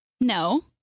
No